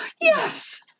yes